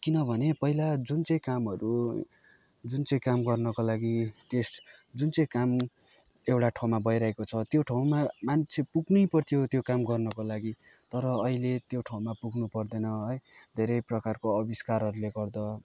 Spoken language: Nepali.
किनभने पहिला जुन चाहिँ कामहरू जुन चाहिँ काम गर्नको लागि त्यस जुन चाहिँ काम एउटा ठाउँमा भइरहेको छ त्यो ठाउँमा मान्छे पुग्नै पर्थ्यो त्यो काम गर्नको लागि तर अहिले त्यो ठाउँमा पुग्नु पर्दैन है धेरै प्रकारको आविष्कारहरूले गर्दा